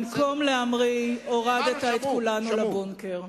במקום להמריא הורדת את כולנו לבונקר.